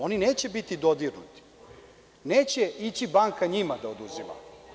Oni neće biti dodirnuti, neće ići banka njima da oduzima.